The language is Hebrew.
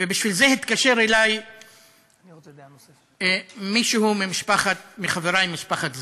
ובשביל זה התקשר אלי מישהו מחברי ממשפחת אזברגה,